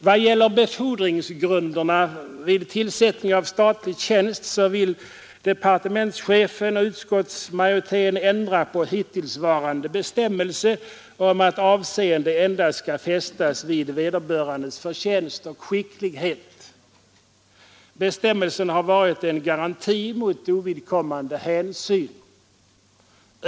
Vad gäller befordringsgrunderna vid tillsättning av statlig tjänst vill departementschefen och utskottsmajoriteten ändra på hittillsvarande bestämmelse om att avseende endast skall fästas vid vederbörandes ”förtjänst och skicklighet”. Bestämmelsen har varit en garanti mot ovidkommande hänsyn.